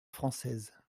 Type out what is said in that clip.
française